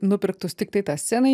nupirktus tiktai tai scenai